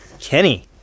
Kenny